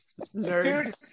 Nerd